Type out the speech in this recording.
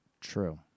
True